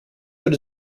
but